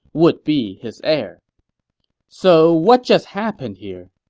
would be his heir so what just happened here?